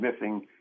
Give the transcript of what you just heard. missing